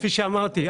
כפי שאמרתי,